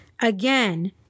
Again